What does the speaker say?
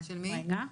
מחייתו,